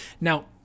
now